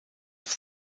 have